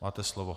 Máte slovo.